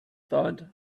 thought